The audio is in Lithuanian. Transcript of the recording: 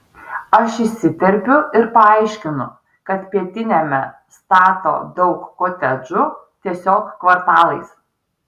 aš įsiterpiu ir paaiškinu kad pietiniame stato daug kotedžų tiesiog kvartalais